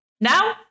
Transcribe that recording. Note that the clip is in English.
Now